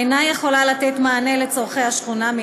אינה יכולה לתת מענה על צורכי השכונה.